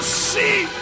see